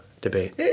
debate